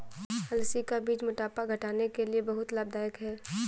अलसी का बीज मोटापा घटाने के लिए बहुत लाभदायक है